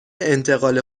انتقال